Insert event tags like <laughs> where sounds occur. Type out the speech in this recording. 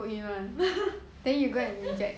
<laughs>